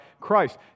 Christ